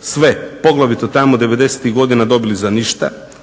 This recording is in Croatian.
sve poglavito tamo 90-tih godina dobili za ništa